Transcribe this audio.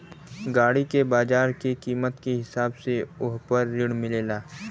गाड़ी के बाजार के कीमत के हिसाब से वोह पर ऋण मिलेला